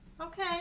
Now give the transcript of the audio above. Okay